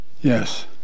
Yes